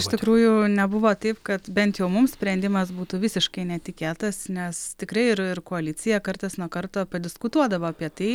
iš tikrųjų nebuvo taip kad bent jau mums sprendimas būtų visiškai netikėtas nes tikrai ir ir koalicija kartas nuo karto padiskutuodavo apie tai